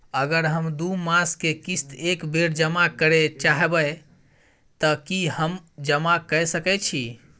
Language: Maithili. अगर हम दू मास के किस्त एक बेर जमा करे चाहबे तय की हम जमा कय सके छि?